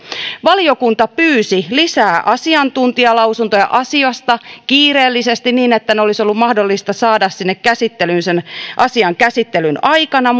valiokunta pyysi lisää asiantuntijalausuntoja asiasta kiireellisesti niin että ne olisi ollut mahdollista saada sinne käsittelyyn sen asian käsittelyn aikana